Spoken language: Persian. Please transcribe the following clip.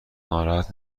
ناراحت